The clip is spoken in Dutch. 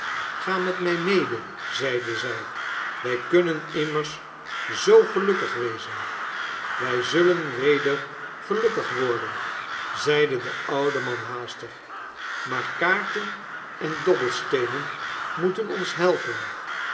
ga met mij mede zeide zij wij kunnen immers zoo gelukkig wezen wij zullen weder gelukkig worden zeide de oude man haastig maar kaarten en dobbelsteenen moeten ons helpen